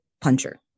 puncher